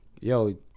yo